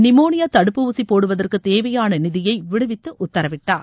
pneumonia தடுப்பு ஊசி போடுவதற்கு தேவையான நிதியை விடுவித்து உத்தரவிட்டார்